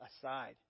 aside